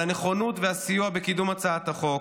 על הנכונות והסיוע בקידום הצעת החוק,